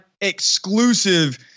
exclusive